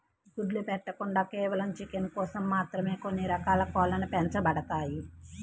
గుడ్లు పెట్టకుండా కేవలం చికెన్ కోసం మాత్రమే కొన్ని రకాల కోడ్లు పెంచబడతాయి